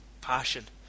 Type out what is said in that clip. passion